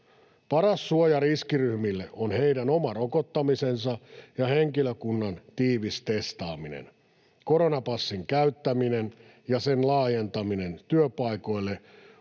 Paras suoja riskiryhmille on heidän oma rokottamisensa ja henkilökunnan tiivis testaaminen. Koronapassin käyttäminen ja sen laajentaminen työpaikoille